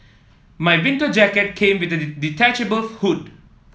my winter jacket came with detachable hood